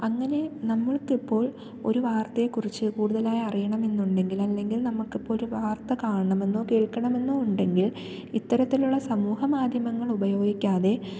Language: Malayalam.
അങ്ങനെ നമ്മൾക്കിപ്പോൾ ഒരു വാർത്തയെക്കുറിച്ച് കൂടുതലായറിയണമെന്നുണ്ടെങ്കിൽ അല്ലെങ്കിൽ നമ്മള്ക്കിപ്പോഴൊരു വാർത്ത കണണമെന്നോ കേൾക്കണമെന്നോ ഉണ്ടെങ്കിൽ ഇത്തരത്തിലുള്ള സമൂഹ മാധ്യമങ്ങളുപയോഗിക്കാതെ